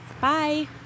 Bye